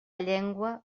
llengua